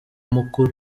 mukuru